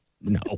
No